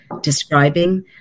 describing